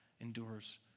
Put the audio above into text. endures